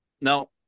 no